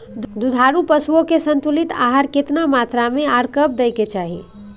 दुधारू पशुओं के संतुलित आहार केतना मात्रा में आर कब दैय के चाही?